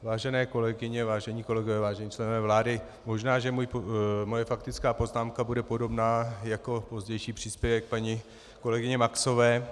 Vážené kolegyně, vážení kolegové, vážení členové vlády, možná že moje faktická poznámka bude podobná jako pozdější příspěvek paní kolegyně Maxové.